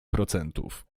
procentów